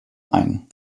ein